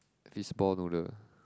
fishball noodle